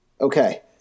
Okay